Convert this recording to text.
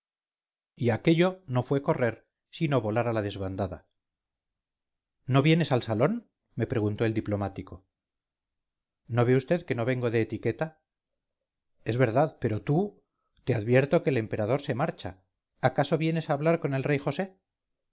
y aquello no fue correr sino volar a la desbandada no vienes al salón me preguntó el diplomático no ve vd que no vengo de etiqueta es verdad pero tú te advierto que el emperador se marcha acaso vienes a hablar con el rey josé